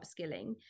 upskilling